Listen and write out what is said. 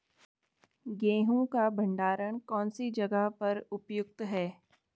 गेहूँ का भंडारण कौन सी जगह पर उपयुक्त है?